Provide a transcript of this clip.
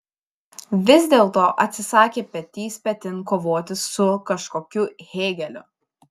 vis dėlto atsisakė petys petin kovoti su kažkokiu hėgeliu